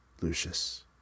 Lucius